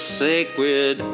sacred